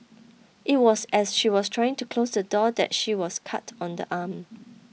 it was as she was trying to close the door that she was cut on the arm